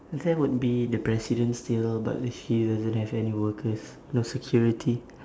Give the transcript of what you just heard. there would be the president still but he doesn't have any workers no security